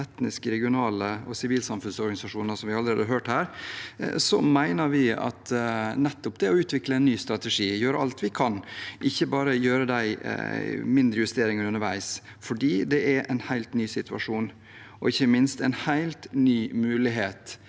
etniske, regionale og sivilsamfunnsorganisasjoner, som vi allerede har hørt om her – mener vi at vi nettopp ved å utvikle en ny strategi gjør alt vi kan, ikke bare mindre justeringer underveis. Det er en helt ny situasjon, ikke minst en helt ny mulighet,